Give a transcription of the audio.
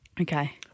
Okay